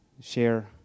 share